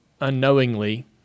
unknowingly